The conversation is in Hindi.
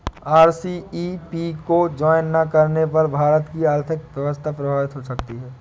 आर.सी.ई.पी को ज्वाइन ना करने पर भारत की आर्थिक व्यवस्था प्रभावित हो सकती है